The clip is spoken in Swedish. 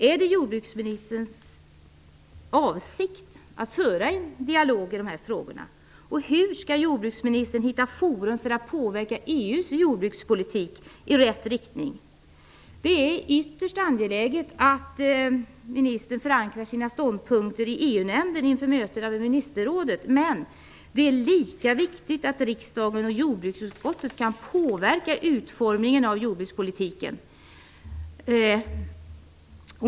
Är det jordbruksministerns avsikt att föra en dialog i de här frågorna? Hur skall jordbruksministern hitta forum för att påverka EU:s jordbrukspolitik i rätt riktning? Det är ytterst angeläget att ministern förankrar sina ståndpunkter i EU-nämnden inför mötet med ministerrådet, men det är lika viktigt att riksdagen och jordbruksutskottet kan påverka utformningen av jordbrukspolitiken.